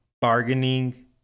bargaining